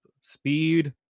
speed